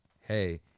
hey